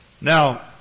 Now